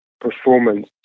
performance